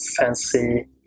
fancy